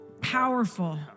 powerful